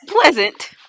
pleasant